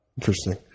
Interesting